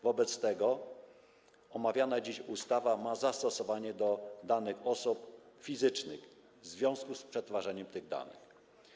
Wobec tego omawiana dziś ustawa ma zastosowanie do danych osób fizycznych w związku z przetwarzaniem tych danych.